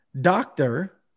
doctor